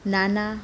નાના